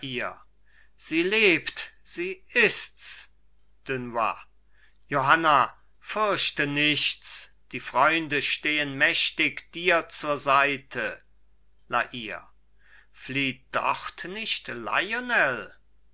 sie lebt sie ists dunois johanna fürchte nichts die freunde stehen mächtig dir zur seite la hire flieht dort nicht